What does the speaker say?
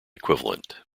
equivalent